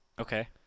Okay